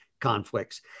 conflicts